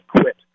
quit